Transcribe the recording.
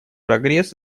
прогресс